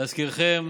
להזכירכם,